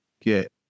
get